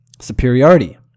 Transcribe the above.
superiority